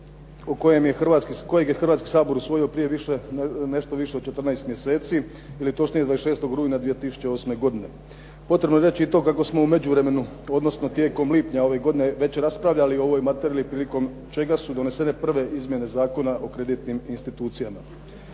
kojeg je Hrvatski sabor usvojio nešto više od 14 mjeseci ili točnije 26. rujna 2008. godine. Potrebno je reći to kako smo u međuvremenu, odnosno tijekom lipnja ove godine već raspravljali o ovoj materiji prilikom čega su donesene prve izmjene zakona o kreditnim institucijama.